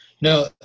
no